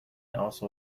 also